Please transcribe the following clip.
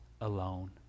alone